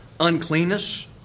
uncleanness